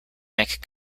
make